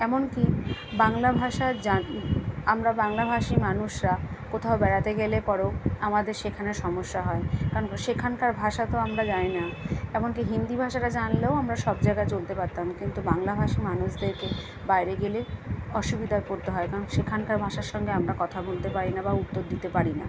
এমন কি বাংলা ভাষা জান আমরা বাংলাভাষী মানুষরা কোথাও বেড়াতে গেলে করো আমাদের সেখানে সমস্যা হয় কারণ সেখানকার ভাষা তো আমরা জানি না এমন কি হিন্দি ভাষাটা জানলেও আমরা সব জায়গায় চলতে পারতাম কিন্তু বাংলাভাষী মানুষদেরকে বাইরে গেলে অসুবিধায় পড়তে হয় এবং সেখানকার ভাষার সঙ্গে আমরা কথা বলতে পারি না বা উত্তর দিতে পারি না